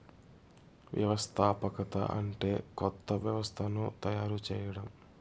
వ్యవస్థాపకత అంటే కొత్త వ్యవస్థను తయారు చేయడం